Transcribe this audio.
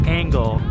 angle